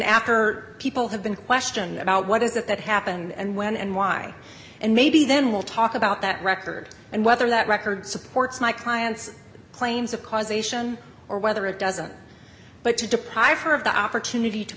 after people have been questioned about what is it that happened and when and why and maybe then we'll talk about that record and whether that record supports my client's claims of causation or whether it doesn't but to deprive her of the opportunity to